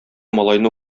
малайны